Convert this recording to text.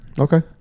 Okay